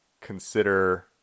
consider